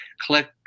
Click